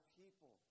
people